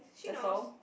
that's all